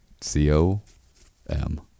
C-O-M